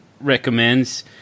recommends